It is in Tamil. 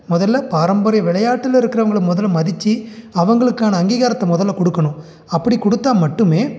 முதல்ல பாரம்பரிய விளையாட்டில் இருக்கறவங்களை முதல்ல மதித்து அவங்களுக்கான அங்கீகாரத்தை முதல்ல கொடுக்கணும் அப்படி கொடுத்தா மட்டுமே